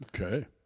okay